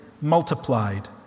multiplied